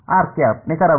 r̂ ನಿಖರವಾಗಿ